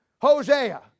Hosea